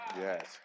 Yes